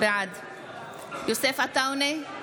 בעד יוסף עטאונה,